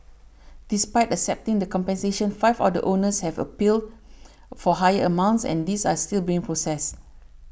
despite accepting the compensation five of the owners have appeals for higher amounts and these are still being processed